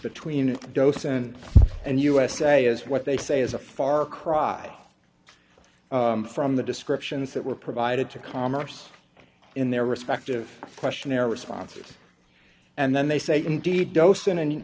between dose and and usa is what they say is a far cry from the descriptions that were provided to commerce in their respective questionnaire responses and then they say indeed dosen an